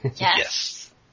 Yes